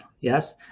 yes